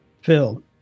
Phil